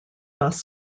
bus